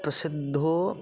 प्रसिद्धो